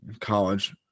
college